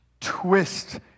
twist